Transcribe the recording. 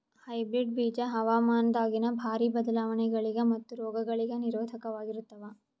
hybrid ಬೀಜ ಹವಾಮಾನದಾಗಿನ ಭಾರಿ ಬದಲಾವಣೆಗಳಿಗ ಮತ್ತು ರೋಗಗಳಿಗ ನಿರೋಧಕವಾಗಿರುತ್ತವ